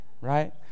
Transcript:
Right